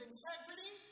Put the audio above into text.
integrity